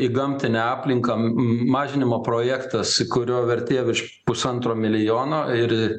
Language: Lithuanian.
į gamtinę aplinką m mažinimo projektas kurio vertė virš pusantro milijono ir